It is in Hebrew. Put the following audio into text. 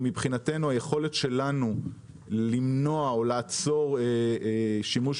מבחינתנו היכולת שלנו למנוע או לעצור שימוש